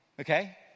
Okay